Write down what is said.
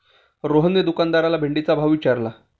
रोहनने दुकानदाराला भेंडीचा भाव विचारला